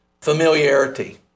familiarity